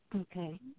okay